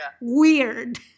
weird